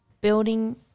building